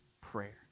prayer